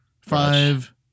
five